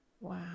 Wow